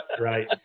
right